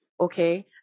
okay